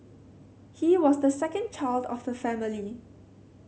he was the second child of the family